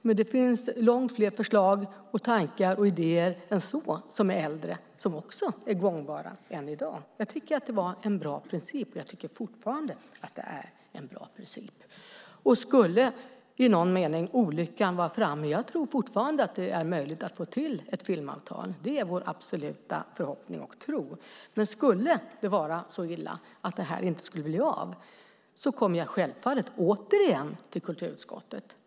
Men det finns långt fler förslag, tankar och idéer som är äldre än så men som är gångbara än i dag. Det var en bra princip, och jag tycker fortfarande att det är en bra princip. Jag tror fortfarande att det är möjligt att få till ett filmavtal. Det är vår absoluta förhoppning och tro. Men skulle det vara så illa att det inte skulle bli av kommer jag självfallet återigen till kulturutskottet.